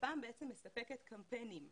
לפ"מ מספקת קמפיינים,